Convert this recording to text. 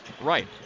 right